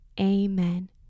Amen